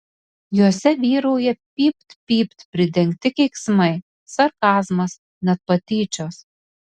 jose vyrauja pypt pypt pridengti keiksmai sarkazmas net patyčios